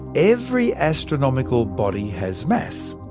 every astronomical body has mass,